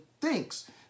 thinks